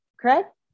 correct